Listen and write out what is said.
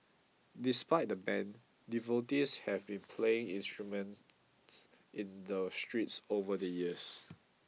despite the ban devotees have been playing instruments in the streets over the years